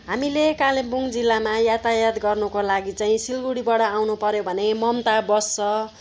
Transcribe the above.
हामीले कालेबुङ जिल्लामा यातायात गर्नुको लागि चाहिँ सिलगढीबाट आउनुपर्यो भने ममता बस छ